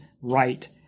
right